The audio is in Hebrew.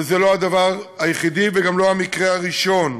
וזה לא הדבר היחיד וגם לא המקרה הראשון.